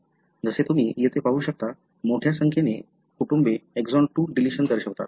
जसे तुम्ही येथे पाहू शकता मोठ्या संख्येने कुटुंबे exon 2 डिलिशन दर्शवतात